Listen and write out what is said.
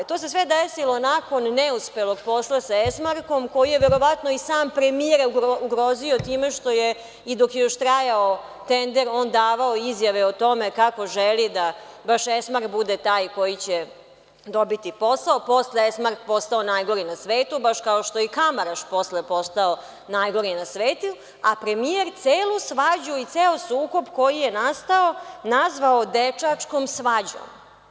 To se sve desilo nakon neuspelog posla sa „Esmarkom“, koji je verovatno i sam premijer ugrozio time što je, dok je još trajao tender, on davao izjave o tome kako želi da baš „Esmark“ bude taj koji će dobiti posao, a posle je „Esmark“ postao najgori na svetu, baš kao što je i Kamaraš posle postao najgori na svetu, a premijer celu svađu i ceo sukob koji je nastao nazvao – dečačkom svađom.